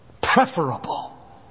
Preferable